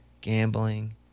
gambling